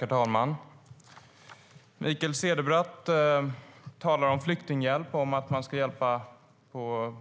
Herr talman! Mikael Cederbratt talar om flyktinghjälp och om att man ska hjälpa